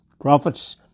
prophet's